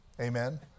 Amen